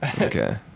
Okay